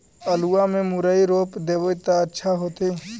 आलुआ में मुरई रोप देबई त अच्छा होतई?